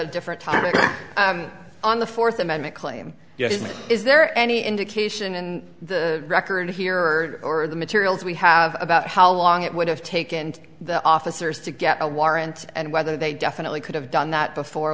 a different topic on the fourth amendment claim yet is there any indication in the record here or the materials we have about how long it would have taken to the officers to get a warrant and whether they definitely could have done that before